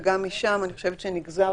וגם משם אני חושבת שנגזר